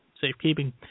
safekeeping